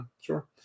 sure